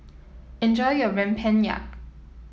enjoy your Rempeyek